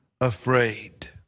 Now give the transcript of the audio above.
afraid